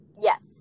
Yes